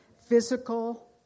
Physical